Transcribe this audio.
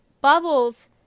Bubbles